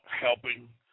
Helping